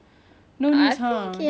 twenty twenty hasn't been that great